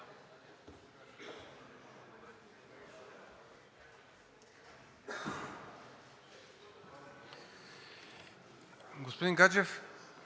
Господин Гаджев,